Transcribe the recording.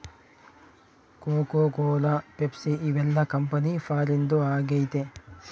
cocoa Cola Pepsi ಇವೆಲ್ಲ company ಫಾರಿನ್ದು ಆಗೈತೆ